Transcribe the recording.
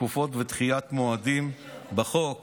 תקופות ודחיית מועדים בחוק